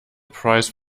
prize